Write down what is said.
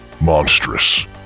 Monstrous